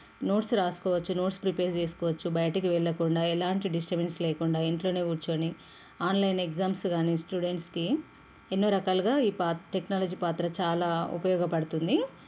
notes రాసుకోవచ్చు notes prepare చేసుకోవచ్చు బయటకు వెళ్ళకుండా ఎలాంటి డిస్టబెన్స్ లేకుండా ఇంట్లోనే కూర్చోని ఆన్లైన్ ఎగ్జామ్స్ గానీ స్టూడెంట్స్కి ఎన్నో రకాలుగా ఈ పా టెక్నాలజీ పాత్ర చాలా ఉపయోగపడుతుంది